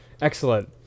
Excellent